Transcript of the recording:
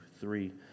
three